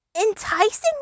enticing